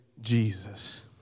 Jesus